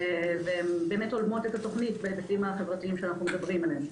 והן הולמות את התוכנית ואת הדברים שאנחנו מדברים עליהם.